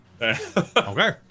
Okay